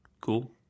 Cool